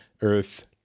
earth